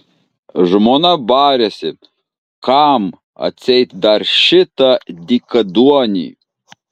žmona barėsi kam atseit dar šitą dykaduonį